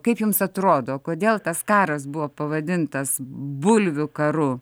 kaip jums atrodo kodėl tas karas buvo pavadintas bulvių karu